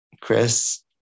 Chris